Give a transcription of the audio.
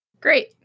Great